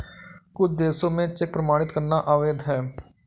कुछ देशों में चेक प्रमाणित करना अवैध है